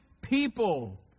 people